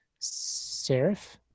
serif